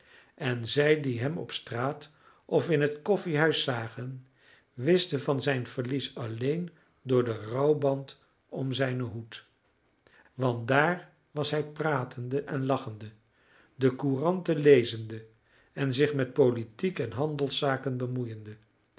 en zij die hem op straat of in het koffiehuis zagen wisten van zijn verlies alleen door den rouwband om zijnen hoed want daar was hij pratende en lachende de couranten lezende en zich met politiek en handelszaken bemoeiende